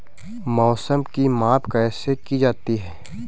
मौसम की माप कैसे की जाती है?